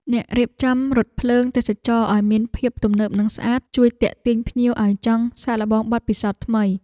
ការរៀបចំរថភ្លើងទេសចរណ៍ឱ្យមានភាពទំនើបនិងស្អាត ជួយទាក់ទាញភ្ញៀវឱ្យចង់សាកល្បងបទពិសោធន៍ថ្មី។